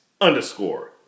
underscore